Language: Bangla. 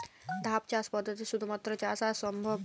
ধাপ চাষ পদ্ধতিতে শুধুমাত্র চা চাষ সম্ভব?